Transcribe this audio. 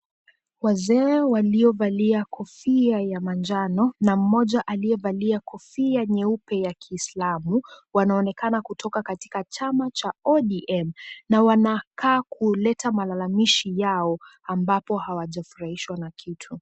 Wazee waliovalia kofia ya manjano na mmoja aliyevalia kofia nyeupe ya kiislamu, wanaonekana kutoka katika chama cha ODM na wanakaa kuleta malalamishi yao ambapo hawajafurahishwa na kitu.